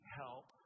help